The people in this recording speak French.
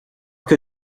que